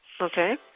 Okay